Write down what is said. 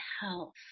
health